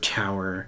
tower